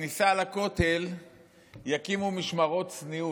שבכניסה לכותל יקימו משמרות צניעות.